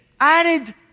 added